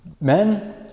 Men